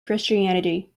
christianity